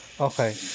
okay